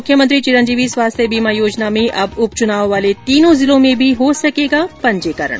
मुख्यमंत्री चिरंजीवी स्वास्थ्य बीमा योजना में अब उप चुनाव वाले तीनों जिलों में भी हो सकेगा पंजीकरण